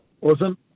Awesome